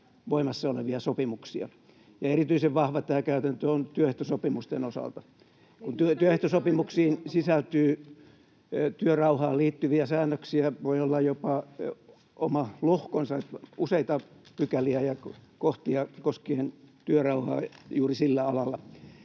voimassa olevia sopimuksia, ja erityisen vahva tämä käytäntö on työehtosopimusten osalta. Kun työehtosopimuksiin sisältyy työrauhaan liittyviä säännöksiä ja niissä voi olla jopa oma lohkonsa, useita pykäliä ja kohtia, koskien työrauhaa juuri sillä alalla,